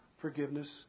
forgiveness